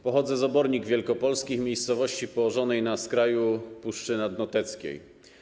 Pochodzę z Obornik Wielkopolskich, miejscowości położonej na skraju Puszczy Noteckiej.